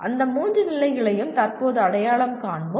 அந்த மூன்று நிலைகளையும் தற்போது அடையாளம் காண்போம்